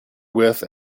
with